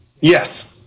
Yes